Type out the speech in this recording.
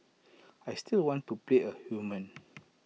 I still want to play A human